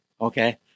Okay